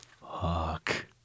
Fuck